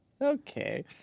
Okay